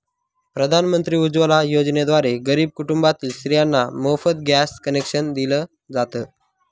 प्रधानमंत्री उज्वला योजनेद्वारे गरीब कुटुंबातील स्त्रियांना मोफत गॅस कनेक्शन दिल जात